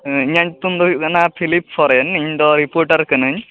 ᱤᱧᱟᱹᱜ ᱧᱩᱛᱩᱢ ᱫᱚ ᱦᱩᱭᱩᱜ ᱠᱟᱱᱟ ᱯᱷᱤᱞᱤᱯ ᱥᱚᱨᱮᱱ ᱤᱧ ᱫᱚ ᱨᱤᱯᱳᱴᱟᱨ ᱠᱟᱹᱱᱟᱹᱧ